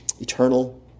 Eternal